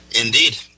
Indeed